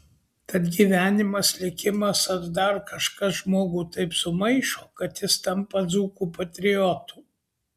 tad gyvenimas likimas ar dar kažkas žmogų taip sumaišo kad jis tampa dzūkų patriotu